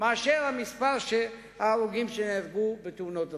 ממספר ההרוגים בתאונות דרכים.